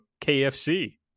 KFC